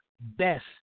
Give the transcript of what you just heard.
best